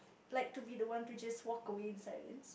like to be the one to just walk away in silence